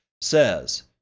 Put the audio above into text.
says